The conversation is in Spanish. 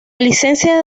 licencia